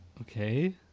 Okay